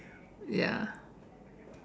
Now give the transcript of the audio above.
ya